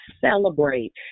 celebrate